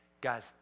guys